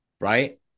right